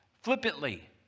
flippantly